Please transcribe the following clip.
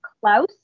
Klaus